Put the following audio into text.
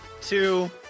two